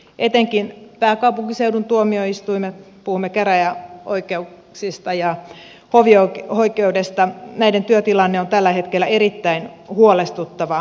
etenkin pääkaupunkiseudun tuomioistuimien puhumme käräjäoikeuksista ja hovioikeudesta työtilanne on tällä hetkellä erittäin huolestuttava